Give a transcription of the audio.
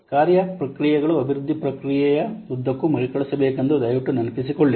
ಕಾರ್ಯ ಪ್ರಕ್ರಿಯೆಗಳು ಅಭಿವೃದ್ಧಿ ಪ್ರಕ್ರಿಯೆಯ ಉದ್ದಕ್ಕೂ ಮರುಕಳಿಸಬೇಕೆಂದು ದಯವಿಟ್ಟು ನೆನಪಿಟ್ಟುಕೊಳ್ಳಿ